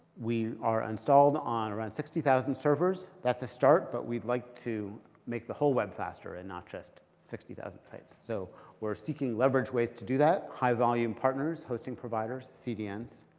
we are installed on around sixty thousand servers. that's a start, but we'd like to make the whole web faster, and not just sixty thousand sites. so we're seeking leveraged ways to do that high volume partners, hosting providers, cdns.